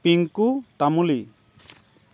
Pinku Tamuly